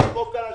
תדפוק על השולחן,